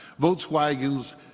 Volkswagen's